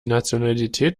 nationalität